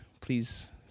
Please